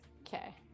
Okay